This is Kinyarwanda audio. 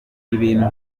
ibintu